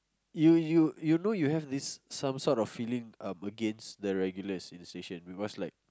you you you know you have this some sort of feeling up against the regulars in the station because like